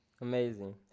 Amazing